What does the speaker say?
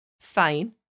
fine